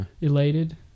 Elated